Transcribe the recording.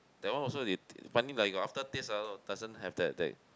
that one also they funny lah got after taste lah doesn't have that that